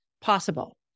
possible